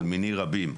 אבל מיני רבים.